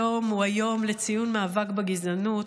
היום הוא היום לציון המאבק בגזענות,